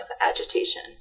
agitation